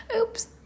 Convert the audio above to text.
Oops